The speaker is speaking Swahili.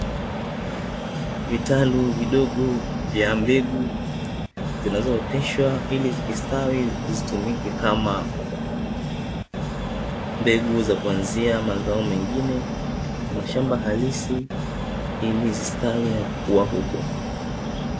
Vitalu vidogo vya mbegu zinazooteshwa ili zikistawi zitumike kama mbegu za kuanzia mazao mengine katika mashamba halisi ilizistawi na kukua huko